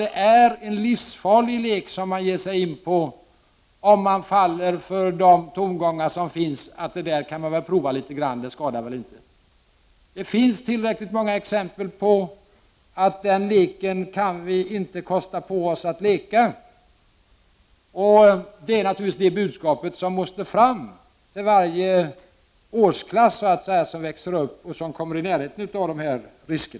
Det är en livsfarlig lek som man ger sig in på om man faller för de tongångar som nu finns och som säger att ”det där kan man prova litet grand, det skadar väl inte”. Det finns tillräckligt många exempel på att vi inte kan kosta på oss att leka den leken. Detta budskap måste naturligtvis föras fram till varje årsklass som växer upp och som kommer i närheten av dessa risker.